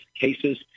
cases